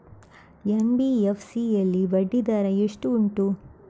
NBFC ಯಲ್ಲಿ ಬಡ್ಡಿ ದರ ಎಷ್ಟು ಉಂಟು?